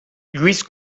lluís